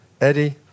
Eddie